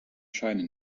scheine